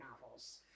novels